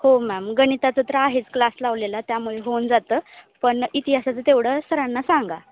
हो मॅम गणिताचं तर आहेच क्लास लावलेला त्यामुळे होऊन जातं पण इतिहासाचं तेवढं सरांना सांगा